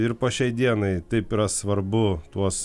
ir po šiai dienai taip yra svarbu tuos